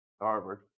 Harvard